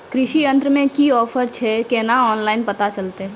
कृषि यंत्र मे की ऑफर छै केना ऑनलाइन पता चलतै?